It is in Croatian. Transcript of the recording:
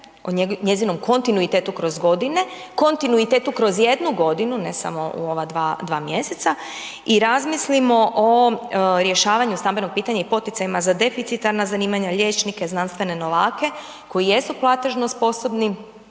o njezinom kontinuitetu kroz godine, kontinuitetu kroz jednu godinu ne samo u ova dva mjeseca i razmislimo o rješavanju stambenog pitanja i poticanja za deficitarna zanimanja, liječnike, znanstvene novake koji jesu platežno sposobni,